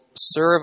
Serve